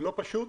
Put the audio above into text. לא פשוט,